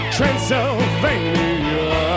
Transylvania